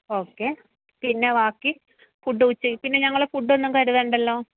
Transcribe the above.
okay പിന്നെ ബാക്കി food ഉച്ച പിന്നെ ഞങ്ങൾ ഫുടൊന്നും കരുതണ്ടല്ലോ